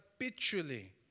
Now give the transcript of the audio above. habitually